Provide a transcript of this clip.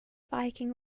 viking